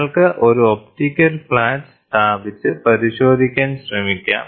നിങ്ങൾക്ക് ഒരു optical flat സ്ഥാപിച്ച് പരിശോധിക്കാൻ ശ്രമിക്കാം